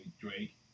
Drake